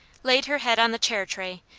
laid her head on the chair tray,